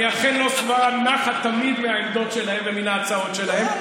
אני אכן לא שבע נחת תמיד מהעמדות שלהם ומן ההצעות שלהם,